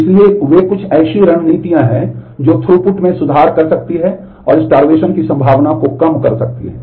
इसलिए वे कुछ ऐसी रणनीतियाँ हैं जो थ्रूपुट की संभावना को कम कर सकती हैं